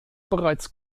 bereits